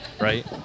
right